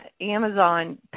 Amazon